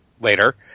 later